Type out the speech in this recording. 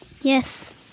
Yes